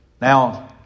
Now